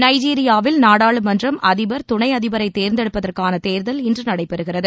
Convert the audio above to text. நைஜீரியாவில் நாடாளுமன்றம் அதிபர் துணை அதிபரை தேர்ந்தெடுப்பதற்கான தேர்தல் இன்று நடைபெறுகிறது